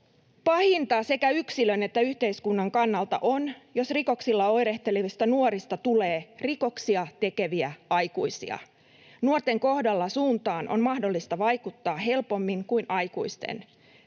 Pahinta sekä yksilön että yhteiskunnan kannalta on, jos rikoksilla oirehtelevista nuorista tulee rikoksia tekeviä aikuisia. Nuorten kohdalla suuntaan on mahdollista vaikuttaa helpommin kuin aikuisten.